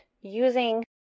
using